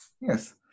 Yes